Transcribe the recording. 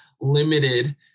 limited